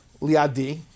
Liadi